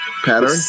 Pattern